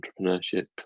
entrepreneurship